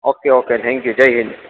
okay okay thank you જય હિન્દ